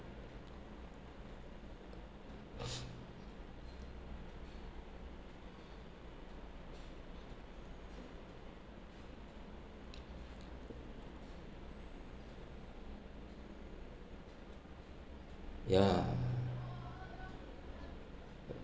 yeah